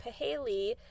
Paheli